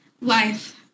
life